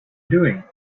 doing